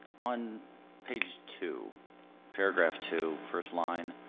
on page two paragraph two first line